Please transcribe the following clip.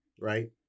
right